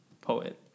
poet